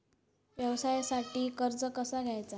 व्यवसायासाठी कर्ज कसा घ्यायचा?